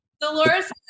Dolores